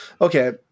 okay